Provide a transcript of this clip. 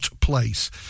place